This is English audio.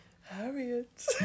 Harriet